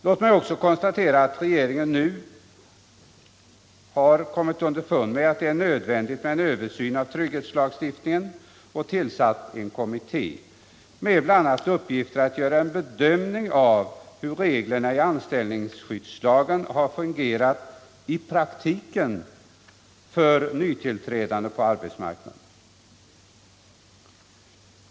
Låt mig konstatera att regeringen nu har kommit underfund med att det är nödvändigt med en översyn av trygghetslagstiftningen och tillsatt en kommitté, bl.a. med uppgift att göra en bedömning av hur reglerna i anställningsskyddslagen har fungerat i praktiken för nytillträdande på arbetsmarknaden.